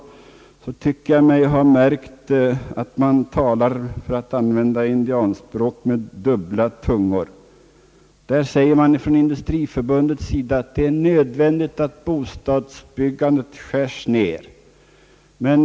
Jag tycker mig ha märkt från industrihåll att man där talar med — för att använda indianspråk — dubbla tungor. Från Sveriges industriförbund framhålles ju att det är nödvändigt att bostadsbyggandet skäres ned.